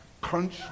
Crunch